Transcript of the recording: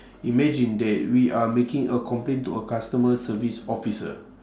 imagine that we are making a complaint to a customer service officer